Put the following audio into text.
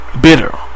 bitter